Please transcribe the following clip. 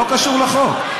לא קשור לחוק.